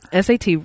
SAT